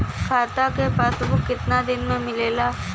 खाता के पासबुक कितना दिन में मिलेला?